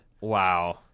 Wow